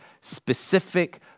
specific